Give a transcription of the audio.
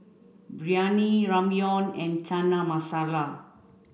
Biryani Ramyeon and Chana Masala